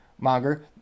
monger